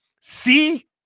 see